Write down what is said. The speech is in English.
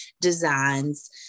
designs